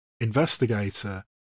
investigator